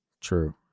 True